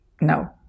No